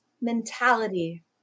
mentality